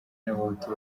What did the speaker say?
n’abahutu